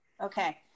Okay